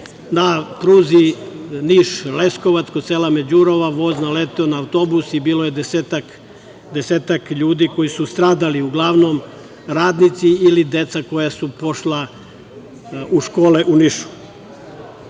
na pruzi Niš-Leskovac, kod sela Međurova, voz naleteo na autobus i bilo je 10-ak ljudi koji su stradali, uglavnom radnici i deca koja su pošla u škole u Nišu. Pored